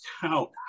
count